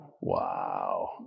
Wow